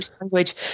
language